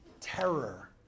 terror